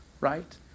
right